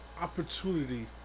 opportunity